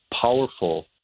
powerful